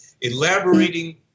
elaborating